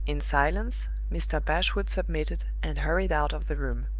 in silence mr. bashwood submitted, and hurried out of the room.